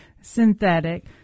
synthetic